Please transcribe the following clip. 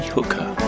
Hooker